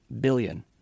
billion